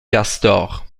castor